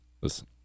Listen